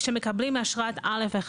כשמקבלים אשרת א.1,